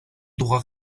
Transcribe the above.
doit